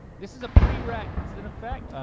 this is a pre recs in effect.